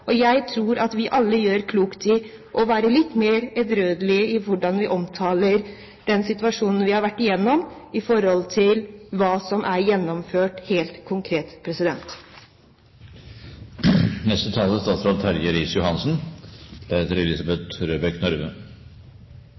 området. Jeg tror at vi alle gjør klokt i å være litt mer edruelige i hvordan vi omtaler den situasjonen vi har vært gjennom, og hva som helt konkret er gjennomført.